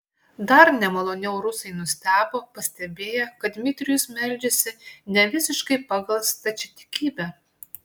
dar nemaloniau rusai nustebo pastebėję kad dmitrijus meldžiasi nevisiškai pagal stačiatikybę